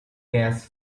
gas